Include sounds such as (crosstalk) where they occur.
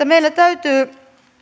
(unintelligible) meillä täytyy